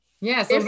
yes